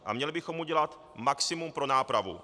A měli bychom udělat maximum pro nápravu.